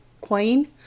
queen